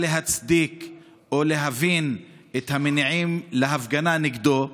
להצדיק או להבין את המניעים להפגנה נגדו.